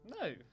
no